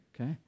Okay